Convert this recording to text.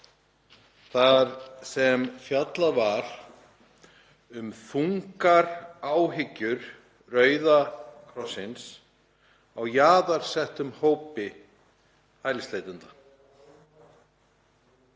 þar sem fjallað var um þungar áhyggjur Rauða krossins af jaðarsettum hópi hælisleitenda.